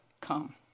come